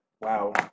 Wow